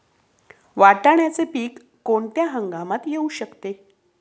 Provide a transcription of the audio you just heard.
वाटाण्याचे पीक कोणत्या हंगामात येऊ शकते?